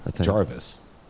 Jarvis